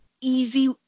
easy